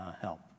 help